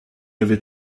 avait